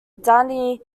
dani